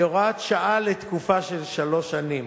כהוראת שעה לתקופה של שלוש שנים.